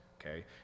okay